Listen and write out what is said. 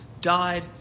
died